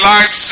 Life